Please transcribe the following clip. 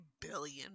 billion